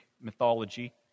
mythology